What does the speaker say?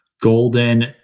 golden